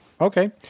Okay